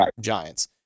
giants